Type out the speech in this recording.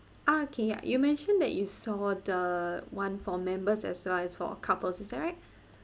okay you mentioned that you saw the one for members as well as for couples is that right